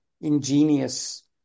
ingenious